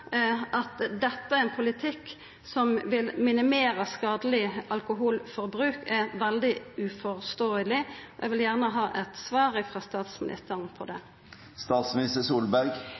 at dette er ein politikk som vil minimera skadeleg alkoholforbruk, er veldig uforståeleg. Eg vil gjerne ha eit svar frå statsministeren om det.